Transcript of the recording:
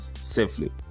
safely